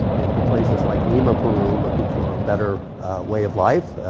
and to places like lima, peru, looking for a better way of life,